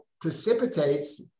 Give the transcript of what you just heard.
precipitates